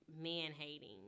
man-hating